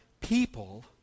people